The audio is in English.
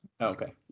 Okay